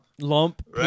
Lump